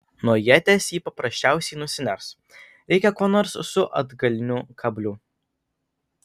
nuo ieties ji paprasčiausiai nusiners reikia ko nors su atgaliniu kabliu